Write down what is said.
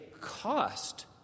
cost